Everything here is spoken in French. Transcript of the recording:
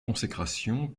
consécration